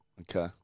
Okay